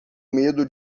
medo